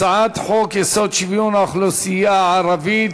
הצעת חוק-יסוד: שוויון האוכלוסייה הערבית,